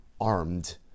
armed